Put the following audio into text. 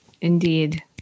Indeed